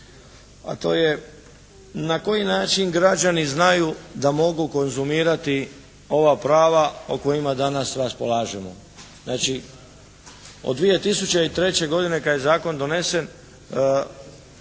a to je na koji način građani znaju da mogu konzumirati ova prava o kojima danas raspolažemo. Znači od 2003. godine kad je zakon donesen